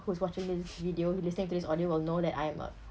who's watching this video listening to this audio will know that I'm a